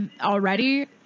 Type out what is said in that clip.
already